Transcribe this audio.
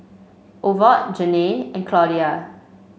Ovid Janae and Claudia